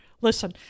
Listen